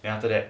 then after that